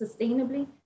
sustainably